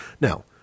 Now